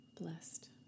blessed